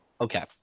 Okay